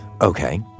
okay